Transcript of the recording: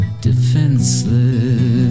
Defenseless